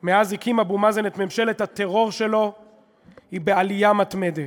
מאז הקים אבו מאזן את ממשלת הטרור שלו הוא בעלייה מתמדת.